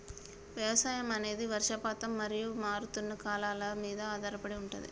వ్యవసాయం అనేది వర్షపాతం మరియు మారుతున్న కాలాల మీద ఆధారపడి ఉంటది